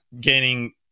gaining